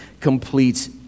completes